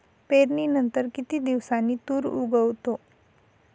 पेरणीनंतर किती दिवसांनी तूर उगवतो?